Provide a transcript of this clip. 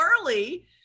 early